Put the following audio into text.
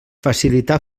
facilita